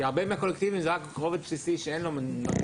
כי הרבה בקולקטיבי זה רק רובד בסיסי שאין לו --- לא,